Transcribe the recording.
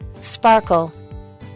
Sparkle